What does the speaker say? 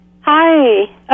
Hi